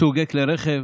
סוגי כלי רכב,